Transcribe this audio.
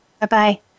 bye-bye